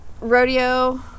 rodeo